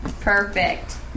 Perfect